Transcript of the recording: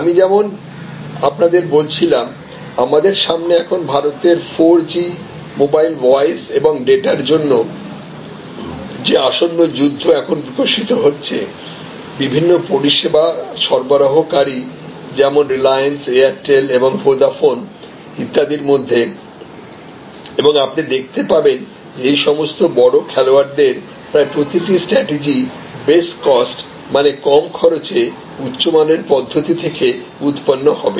আমি যেমন আপনাদের বলছিলাম আমাদের সামনে এখন ভারতের 4 জি মোবাইল ভয়েস এবং ডেটার জন্য যে আসন্ন যুদ্ধ এখন বিকশিত হচ্ছে বিভিন্ন পরিষেবা সরবরাহকারী যেমন রিলায়েন্স এয়ারটেল এবং ভোডাফোন ইত্যাদির মধ্যে এবং আপনি দেখতে পাবেন যে এই সমস্ত বড় খেলোয়াড়দের প্রায় প্রতিটি স্ট্রাটেজি বেস্ট কস্ট মানে কম খরচে উচ্চমানের পদ্ধতি থেকে উত্পন্ন হবে